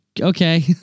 Okay